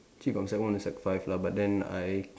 actually from sec one to sec five lah but then I